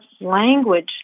language